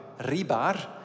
Ribar